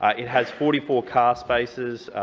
ah it has forty four car spaces,